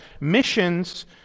Missions